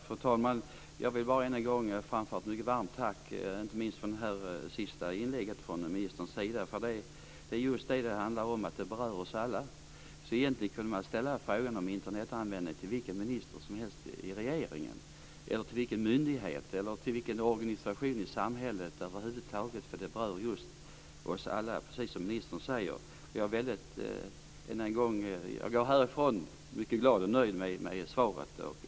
Fru talman! Jag vill bara än en gång framföra ett mycket varmt tack, inte minst för det sista inlägget från ministerns sida. Det är just det som det handlar om. Det berör oss alla. Egentligen kunde man ställa frågan om Internetanvändning till vilken minister som helst i regeringen eller till vilken myndighet eller organisation i samhället som helst. Det berör oss alla, precis som ministern säger. Jag går härifrån mycket glad och nöjd med svaret.